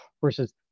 versus